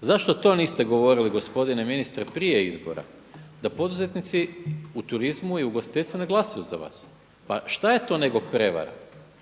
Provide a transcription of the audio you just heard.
Zašto to niste govorili gospodine ministre prije izbora, da poduzetnici u turizmu i ugostiteljstvu ne glasaju za vas. Pa šta je to nego prevara,